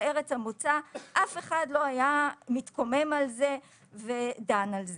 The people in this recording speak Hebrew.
ארץ המוצא אף אחד לא היה מתקומם על זה ודן על זה.